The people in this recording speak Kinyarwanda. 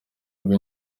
rwa